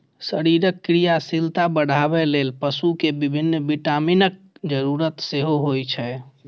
शरीरक क्रियाशीलता बढ़ाबै लेल पशु कें विभिन्न विटामिनक जरूरत सेहो होइ छै